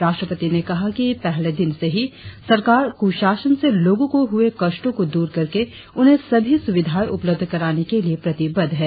राष्ट्रपति ने कहा कि पहले दिन से ही सरकार कुशासन से लोगों को हुए कष्टों को दूर करके उन्हें सभी सुविधाएं उपलब्ध कराने के लिए प्रतिबद्ध है